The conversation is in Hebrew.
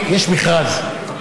הן נותנות, תקשיבי, יש מכרז.